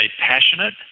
passionate